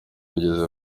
igeze